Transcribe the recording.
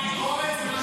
חבר הכנסת יואב.